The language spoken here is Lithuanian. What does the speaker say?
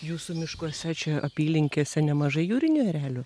jūsų miškuose čia apylinkėse nemažai jūrinių erelių